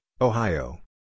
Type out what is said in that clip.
Ohio